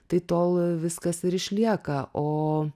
tai tol viskas ir išlieka o